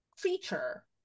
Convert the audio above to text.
creature